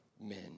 men